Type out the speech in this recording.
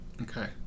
Okay